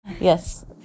Yes